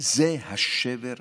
זה השבר הגדול.